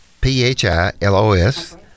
P-H-I-L-O-S